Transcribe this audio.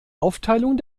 aufteilung